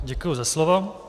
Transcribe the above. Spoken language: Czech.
Děkuji za slovo.